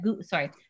sorry